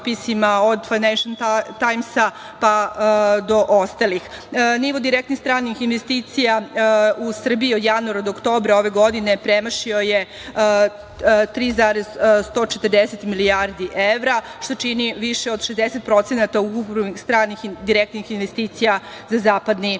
od "Fajnenšel tajms" pa do ostalih. Nivo direktnih stranih investicija u Srbiji od januara do oktobra ove godine premašio je 3,140 milijardi evra, što čini više od 60% ukupnih stranih direktnih investicija za Zapadni